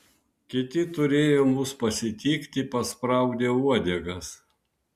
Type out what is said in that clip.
kiti turėjo mus pasitikti paspraudę uodegas